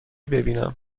ببینم